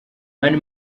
mani